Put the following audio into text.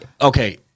Okay